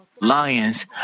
Lions